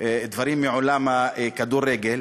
דברים מעולם הכדורגל,